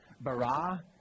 bara